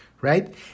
right